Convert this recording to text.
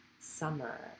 summer